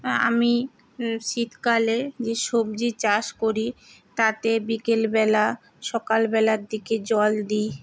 আমি শীতকালে যে সবজি চাষ করি তাতে বিকেলবেলা সকালবেলার দিকে জল দিই